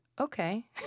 okay